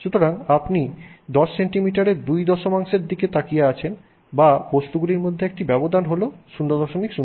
সুতরাং আপনি 10 সেন্টিমিটারে দুই দশমাংশের দিকে তাকিয়ে আছেন বা বস্তুগুলির মধ্যে ব্যবধানটি হল 0001 মিলিমিটার